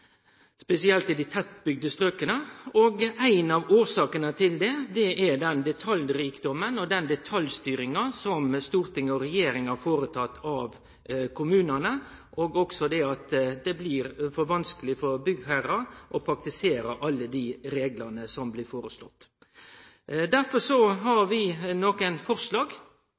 spesielt i dei tettbygde strøka. Ei av årsakene til det, er den detaljrikdomen og den detaljstyringa som storting og regjering har føreteke av kommunane, men også at det blir for vanskeleg for byggherrar å praktisere alle dei reglane som blir føreslått. Derfor har vi nokre forslag